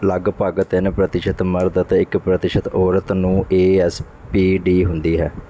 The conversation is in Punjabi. ਲਗਭਗ ਤਿੰਨ ਪ੍ਰਤੀਸ਼ਤ ਮਰਦ ਅਤੇ ਇੱਕ ਪ੍ਰਤੀਸ਼ਤ ਔਰਤ ਨੂੰ ਏ ਐਸ ਪੀ ਡੀ ਹੁੰਦੀ ਹੈ